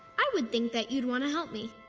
i would think that you'd wanna help me.